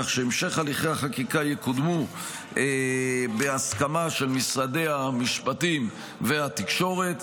כך שהמשך הליכי החקיקה יקודמו בהסכמה של משרדי המשפטים והתקשורת.